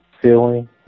feeling